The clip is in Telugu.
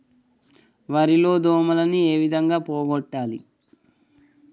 వరి లో దోమలని ఏ విధంగా పోగొట్టాలి?